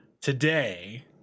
today